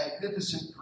magnificent